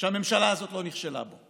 שהממשלה הזאת לא נכשלה בו: